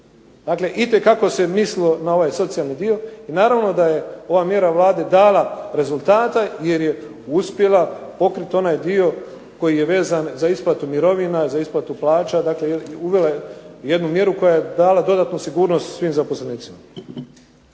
Dakle, itekako se mislilo na ovaj socijalni dio i naravno da je ova mjera Vlade dala rezultate jer je uspjela pokrit onaj dio koji je vezan za isplatu mirovina, za isplatu plaća. Dakle, uvela je jednu mjeru koja je dala dodatnu sigurnost svim zaposlenicima.